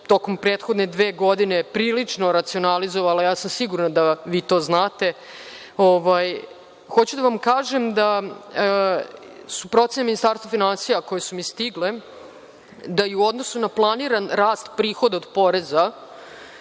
tokom prethodne dve godine prilično racionalizovala. Ja sam sigurna da vi to znate. Hoću da vam kažem da su procene Ministarstva finansija koje su mi stigle, da je u odnosu na planiran rast prihoda od poreza